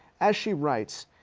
as she writes,